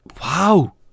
wow